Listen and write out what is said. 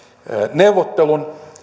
neuvottelun